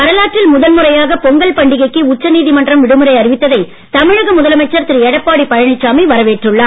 வரலாற்றில் முதன் முறையாக பொங்கல் பண்டிகைக்கு உச்சநீதிமன்றம் அறிவித்ததை தமிழக முதலமைச்சர் திரு எடப்பாடி பழனிசாமி வரவேற்றுள்ளார்